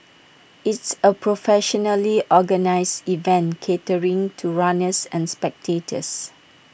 it's A professionally organised event catering to runners and spectators